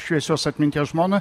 šviesios atminties žmona